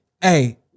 Hey